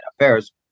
affairs